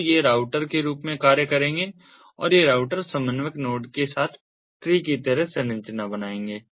तो ये राउटर के रूप में कार्य करेंगे और ये राउटर समन्वयक नोड के साथ ट्री की तरह एक संरचना बनाएँगे